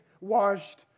washed